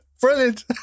Brilliant